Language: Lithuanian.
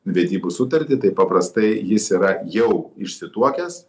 vedybų sutartį tai paprastai jis yra jau išsituokęs